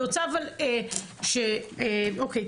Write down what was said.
אוקיי,